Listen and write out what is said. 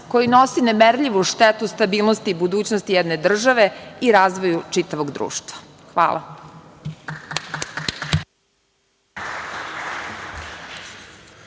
koji nosi nemerljivu štetu stabilnosti i budućnosti jedne države i razvoju čitavog društva. Hvala.